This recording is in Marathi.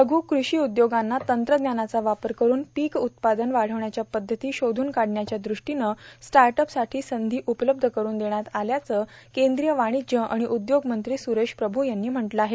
लघ् कृषी उद्योगांना तंत्रज्ञानाचा वापर करून पीक उत्पादन वाढवण्याच्या पध्दती शोध्न काढण्याच्या दृष्टीनं स्टार्टअपसाठी संधी उपलब्ध करून देण्यात आल्याचं केंद्रीय वाणिज्य आणि उदयोग मंत्री सुरेश प्रभू यांनी म्हटलं आहे